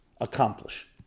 accomplish